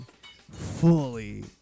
fully